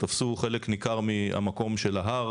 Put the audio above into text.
שתפסו חלק ניכר מהמקום של ההר,